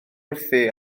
wrthi